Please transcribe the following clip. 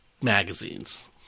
magazines